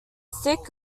stick